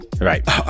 Right